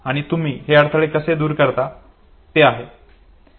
आणि तुम्ही हे अडथळे कसे दूर करता ते आहे